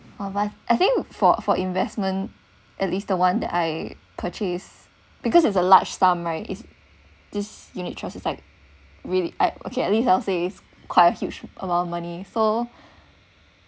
oh but I think for for investment at least the one that I purchased because it's a large sum right is this unit trust is like really eh okay at least I'll say it's quite a huge of money so